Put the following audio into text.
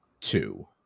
two